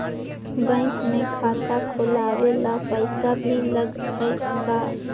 Bank में खाता खोलाबे ल पैसा भी लग है का?